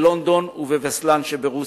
בלונדון ובבסלאן שברוסיה,